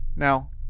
Now